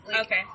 Okay